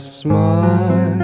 smile